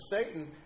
Satan